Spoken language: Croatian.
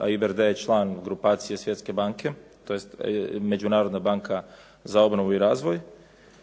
a IBRD je član grupacije Svjetske banke tj. Međunarodna banka za obnovu i razvoj,